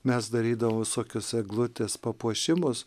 mes darydavom visokius eglutės papuošimus